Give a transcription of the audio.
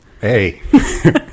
Hey